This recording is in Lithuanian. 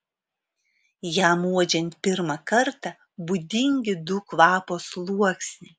jam uodžiant pirmą kartą būdingi du kvapo sluoksniai